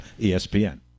ESPN